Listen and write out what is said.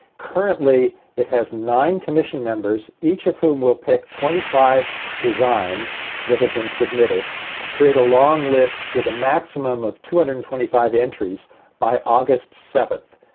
currently, it has nine commission members, each of whom will pick twenty five designs that have been submitted to create a long list with a maximum of two hundred and twenty five entries by august seventh.